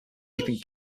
keeping